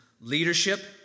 leadership